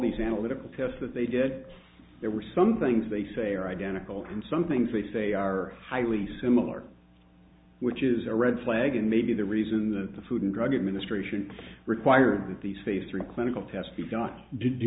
these analytical tests that they did there were some things they say are identical and some things they say are highly similar which is a red flag and maybe the reason that the food and drug administration required that these phase three clinical test